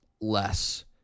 less